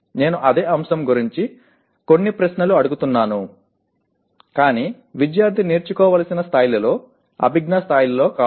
నేను అదే అంశం గురించి కొన్ని ప్రశ్నలు అడుగుతున్నాను కానీ విద్యార్థి నేర్చుకోవలసిన స్థాయిలో అభిజ్ఞా స్థాయిలో కాదు